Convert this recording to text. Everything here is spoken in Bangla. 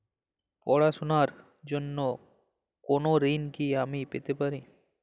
পড়াশোনা র জন্য কোনো ঋণ কি আমি পেতে পারি?